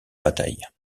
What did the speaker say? bataille